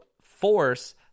force